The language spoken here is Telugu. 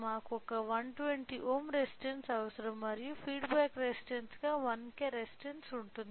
మాకు ఒక 120 ఓం రెసిస్టన్స్ అవసరం మరియు ఫీడ్బ్యాక్ రెసిస్టన్స్ గా 1 K రెసిస్టన్స్ ఉంది